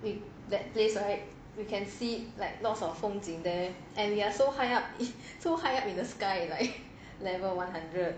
we that place right we can see like lots of 风景 there and we are so high up so high up in the sky like level one hundred